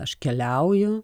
aš keliauju